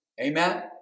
amen